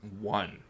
one